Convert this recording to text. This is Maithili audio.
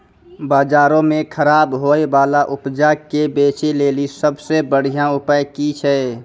बजारो मे खराब होय बाला उपजा के बेचै लेली सभ से बढिया उपाय कि छै?